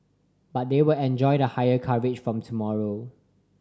but they will enjoy the higher coverage from tomorrow